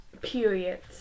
periods